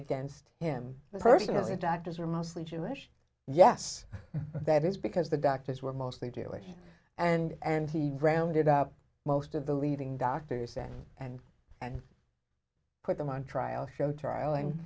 against him the person of the doctors were mostly jewish yes that is because the doctors were mostly jewish and he rounded up most of the leading doctors say and and put them on trial show trial and